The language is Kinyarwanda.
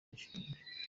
imishinga